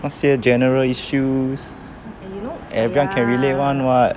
那些 general issues everyone can relate [one] [what]